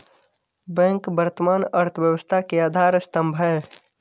bank वर्तमान अर्थव्यवस्था के आधार स्तंभ है